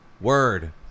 word